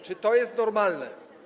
Czy to jest normalne?